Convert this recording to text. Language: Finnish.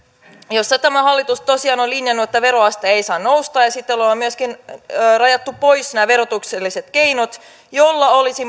joissa tämä hallitus tosiaan on linjannut että veroaste ei saa nousta ja sitten on myöskin rajattu pois nämä verotukselliset keinot joilla olisi